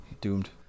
Doomed